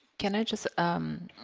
can i just um